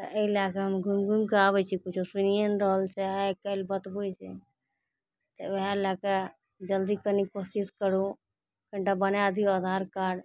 तऽ एहि लए कऽ हम घुमि घुमि कऽ आबै छियै किछु सुनिए नहि रहल छै आइकाल्हि बतबै छै जब ओहए लए कऽ जल्दी कनि कोशिश करू कनिटा बनाए दियौ आधारकार्ड